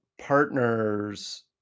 partners